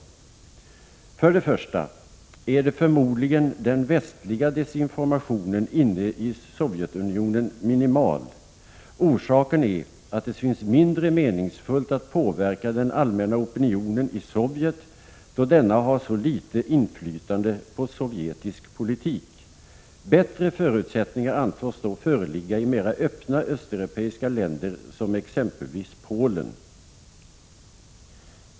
För det första är förmodligen den västliga desinformationen inne i Sovjetunionen minimal. Orsaken är att det synes mindre meningsfullt att påverka den allmänna opinionen i Sovjet, då denna har så litet inflytande på sovjetisk politik. Bättre förutsättningar antas då föreligga i mera öppna östeuropeiska länder som exempelvis Polen.